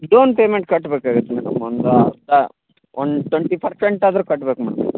done payment ಕಟ್ಬೇಕಾಗತ್ತೆ madam ಒಂದು ಅರ್ಧ ಒನ್ ಟ್ವೆಂಟಿ ಪರ್ಸೆಂಟ್ ಆದರು ಕಟ್ಬೇಕು ಮೇಡಮ್